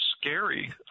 scary